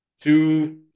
Two